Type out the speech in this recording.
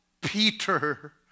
Peter